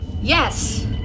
Yes